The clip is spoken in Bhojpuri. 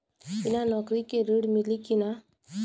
बिना नौकरी के ऋण मिली कि ना?